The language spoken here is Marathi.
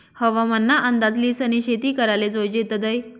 हवामान ना अंदाज ल्हिसनी शेती कराले जोयजे तदय